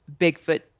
Bigfoot